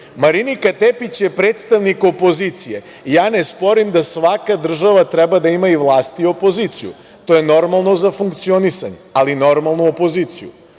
ljudi. Marinika Tepić je predstavnik opozicije. Ja ne sporim da svaka država treba da ima i vlast i opoziciju, to je normalno za funkcionisanje, ali normalnu opoziciju,